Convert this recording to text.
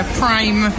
prime